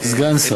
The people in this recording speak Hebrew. סגן שר,